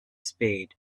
spade